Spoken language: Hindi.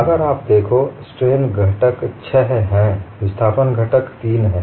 अगर आप देखो स्ट्रेन घटक छह हैं विस्थापन घटक तीन हैं